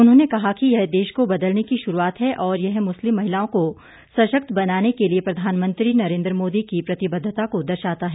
उन्होंने कहा कि यह देश को बदलने की श्रूआत है और मुस्लिम महिलाओं को सशक्त बनाने के लिए प्रधानमंत्री नरेंद्र मोदी की प्रतिबद्वता को दर्शाता है